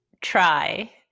try